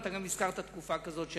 וכבר הזכרת תקופה כזאת,